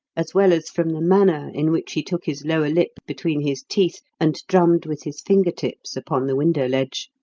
as well as from the manner in which he took his lower lip between his teeth and drummed with his finger-tips upon the window-ledge,